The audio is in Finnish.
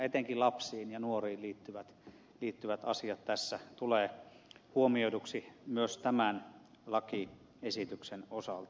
etenkin lapsiin ja nuoriin liittyvät asiat tässä tulevat huomioiduiksi myös tämän lakiesityksen osalta